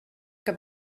que